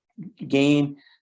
gain